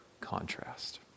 contrast